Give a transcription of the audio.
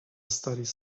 studies